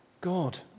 God